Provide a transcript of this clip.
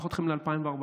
ואני אקח אתכם ל-2014,